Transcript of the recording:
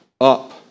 up